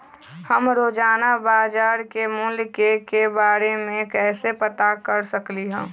हम रोजाना बाजार के मूल्य के के बारे में कैसे पता कर सकली ह?